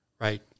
right